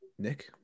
Nick